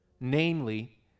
Namely